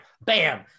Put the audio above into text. Bam